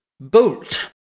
bolt